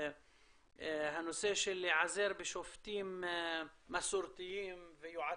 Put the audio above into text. הנושא של להיעזר בשופטים מסורתיים ויועצים.